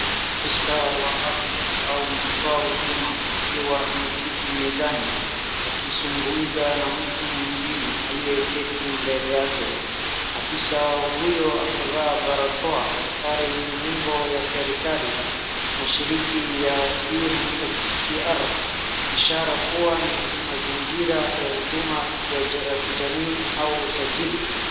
Afisa wa afya au mtoa huduma akiwa ameketi mezani akizungumza na mtu mwingine aliyeketi mbele yake. Afisa huyo amevaa barakoa na sare yenye nembo ya serikali na shirika ya UNHCR , ishara kuwa ni mazingira ya huduma ya ya kijamii au usajili.